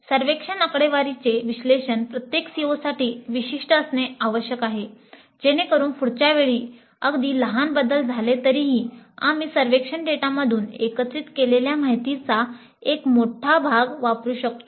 तर सर्वेक्षण आकडेवारीचे विश्लेषण प्रत्येक COसाठी विशिष्ट असणे आवश्यक आहे जेणेकरून पुढच्या वेळी अगदी लहान बदल झाले तरीही आम्ही सर्वेक्षण डेटामधून एकत्रित केलेल्या माहितीचा एक मोठा भाग वापरू शकतो